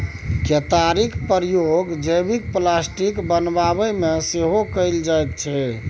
केतारीक प्रयोग जैबिक प्लास्टिक बनेबामे सेहो कएल जाइत छै